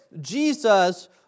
Jesus